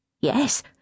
Yes